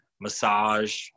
massage